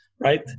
Right